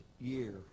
year